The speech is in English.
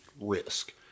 risk